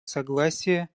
согласие